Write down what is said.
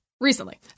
Recently